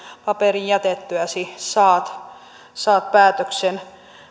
paperin jätettyäsi saat saat päätöksen